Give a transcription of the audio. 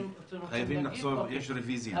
כן,